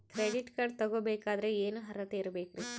Credit card ತೊಗೋ ಬೇಕಾದರೆ ಏನು ಅರ್ಹತೆ ಇರಬೇಕ್ರಿ?